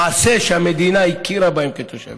מעשה שהמדינה הכירה בהם כתושבים.